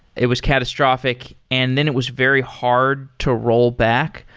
it was catastrophic and then it was very hard to roll back?